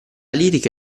lirica